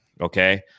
okay